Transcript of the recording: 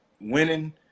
winning